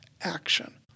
action